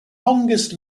longest